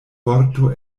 vorto